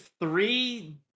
three